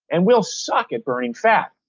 and we'll suck at burning fat.